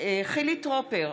חילי טרופר,